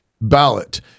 ballot